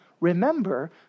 Remember